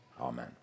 Amen